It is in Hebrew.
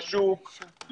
לשוק,